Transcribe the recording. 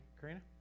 Karina